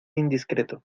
indiscreto